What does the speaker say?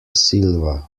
silva